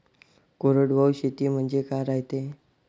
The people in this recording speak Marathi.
कोरडवाहू शेती म्हनजे का रायते?